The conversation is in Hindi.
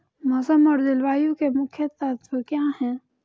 मौसम और जलवायु के मुख्य तत्व क्या हैं?